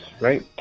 right